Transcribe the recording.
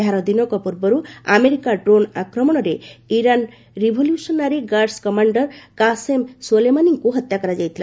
ଏହାର ଦିନକ ପୂର୍ବରୁ ଆମେରିକା ଡ୍ରୋନ୍ ଆକ୍ରମଣରେ Iran revolutionary guards commander Qasem ସୋଲେମାନିଙ୍କୁ ହତ୍ୟା କରାଯାଇଥିଲା